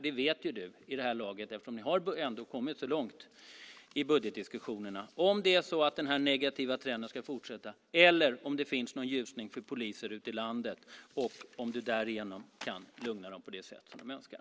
Det vet du vid det här laget, eftersom ni har kommit så långt i budgetdiskussionerna. Är det så att den negativa trenden ska fortsätta, eller finns det någon ljusning för poliser ute i landet? Kan du lugna dem på det sätt som de önskar?